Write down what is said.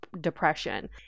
depression